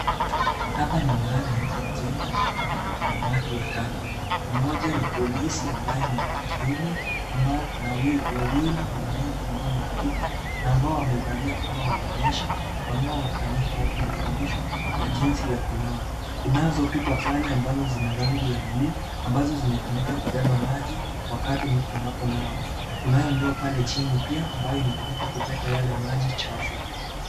Hapa ni mahali nje ya jengo ambapo tuna watu watatu,, Mmoja ni polisi ambaye ni wa kiume, wawili ni Binti ambao ni wa kike, na ambao wamevalia kama waonyesha wanaofanyia watu mafundisho ya jinsi ya kunawa. Kunazo pipa pale ambazo zina rangi ya blue ambazo zinatumika kubeba maji wakati mtu anaponawa. Kunayo ndoo pale chini pia, inayotumika kuteka yale maji chafu.